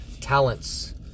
Talents